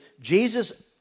Jesus